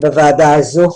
בוועדה הזאת,